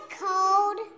cold